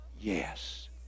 yes